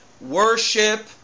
Worship